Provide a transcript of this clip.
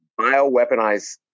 bioweaponized